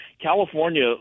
california